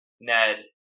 ned